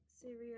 serious